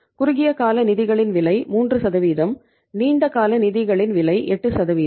குறுகிய கால நிதிகளின் விலை 3 நீண்ட கால நிதிகளின் விலை 8